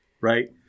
right